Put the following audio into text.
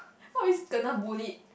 always kena bullied